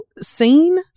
seen